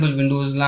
windows